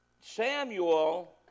Samuel